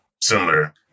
similar